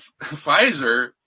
Pfizer